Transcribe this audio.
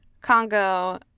Congo